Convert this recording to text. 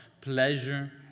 pleasure